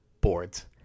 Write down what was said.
boards